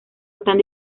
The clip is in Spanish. están